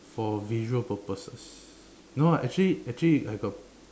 for visual purposes no actually actually I got